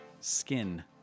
skin